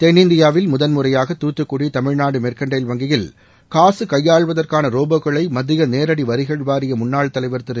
தென்னிந்தியாவில் முதன்முறையாக துத்துக்குடி தமிழ்நாடு மெர்க்கண்டைல் வங்கியில் காசு கையாள்வதற்கான ரோபோக்களை மத்திய நேரடி வரிகள் வாரிய முன்னாள் தலைவர் திரு